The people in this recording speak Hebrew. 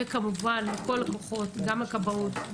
וכמובן תודה לכל הכוחות: הכבאות,